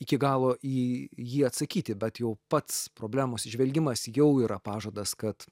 iki galo į jį atsakyti bet jau pats problemos įžvelgimas jau yra pažadas kad